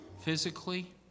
physically